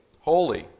holy